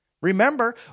Remember